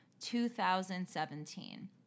2017